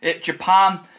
Japan